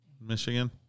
Michigan